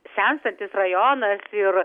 senstantis rajonas ir